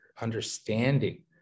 understanding